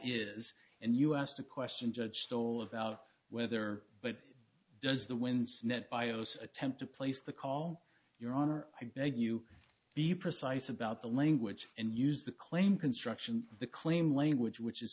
is and us to question judge stoll about whether but does the winds net bios attempt to place the call your honor i beg you be precise about the language and use the claim construction of the claim language which is